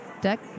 deck